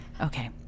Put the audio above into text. Okay